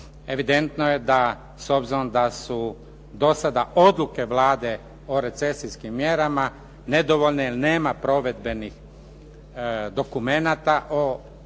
evidentno je da s obzirom da su do sada odluke Vlade o recesijskim mjerama nedovoljne jer nema provedbe ni dokumenata o tim